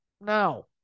no